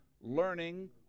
learning